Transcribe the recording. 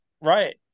right